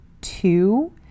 two